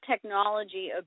technology